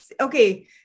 okay